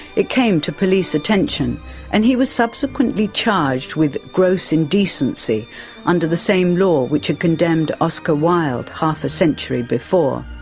it came to police attention and he was subsequently charged with gross indecency under the same law which had condemned oscar wilde half a century before.